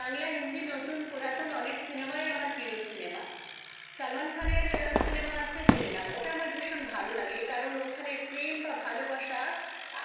বাংলা হিন্দি নতুন পুরাতন অনেক সিনেমাই আমার প্রিয় সিনেমা সলমান খানের সিনেমা আছে তেরে নাম ওটা আমার ভীষণ ভালো লাগে কারণ ওখানে প্রেম বা ভালোবাসা